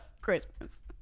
Christmas